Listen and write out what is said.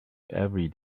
every